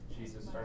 Jesus